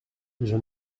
j’en